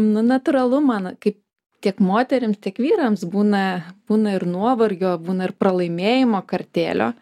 nu natūralu man kaip tiek moterims tiek vyrams būna būna ir nuovargio būna ir pralaimėjimo kartėlio